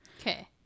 Okay